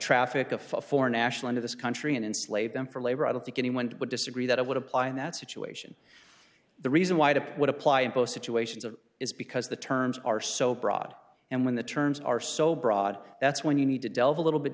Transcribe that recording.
traffic a foreign national into this country and enslave them for labor i don't think anyone would disagree that it would apply in that situation the reason why they would apply in both situations of is because the terms are so broad and when the terms are so broad that's when you need to delve a little bit